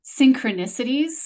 synchronicities